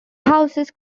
houses